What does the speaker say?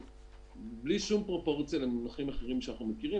בלי שום פרופורציה למונחים אחרים שאנחנו מכירים,